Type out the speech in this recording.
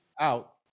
out